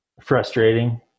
frustrating